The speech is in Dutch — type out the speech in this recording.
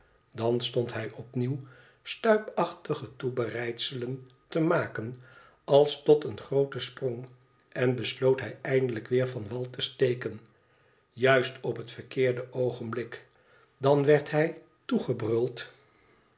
dan stond hij opnieuw stuipachtige toebereidselen te maken als tot een grooten sprong en besloot hij eindelijk weer van wal te steken juist op het verkeerde oogenblik dan werd hij